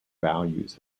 values